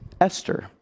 Esther